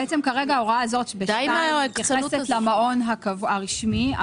בעצם כרגע ההוראה הזאת ב-(2) מתייחסת למעון הרשמי,